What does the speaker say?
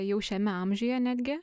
jau šiame amžiuje netgi